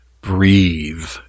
Breathe